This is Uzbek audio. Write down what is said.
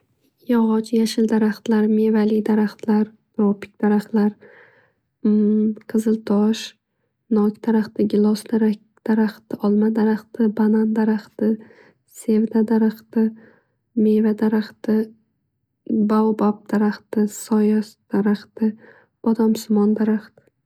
Yog'och, yashil daraxtlar, mevali daraxtlar, tropik daraxtlar, qiziltosh, nok, daraxti, gilos daraxti, olma daraxti, banan daraxti, sevda daraxti ,meva daraxti, baubab daraxti, sayoz daraxti, bodomsimon daraxt.